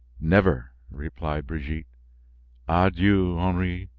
never, replied brigitte adieu, henry.